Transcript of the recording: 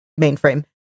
mainframe